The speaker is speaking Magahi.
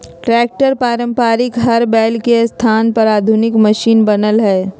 ट्रैक्टर पारम्परिक हर बैल के स्थान पर आधुनिक मशिन बनल हई